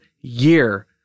year